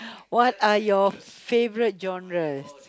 what are your favourite genres